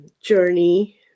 journey